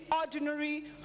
ordinary